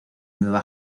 nueva